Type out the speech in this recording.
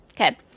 Okay